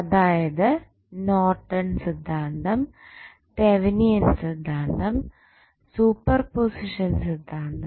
അതായത് നോർട്ടൺ സിദ്ധാന്തം തെവനിയൻ സിദ്ധാന്തം സൂപ്പർ പൊസിഷൻ സിദ്ധാന്തം